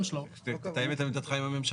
שלו --- אז תתאם את עמדתך עם הממשלה,